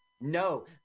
no